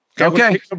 Okay